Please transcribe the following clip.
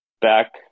back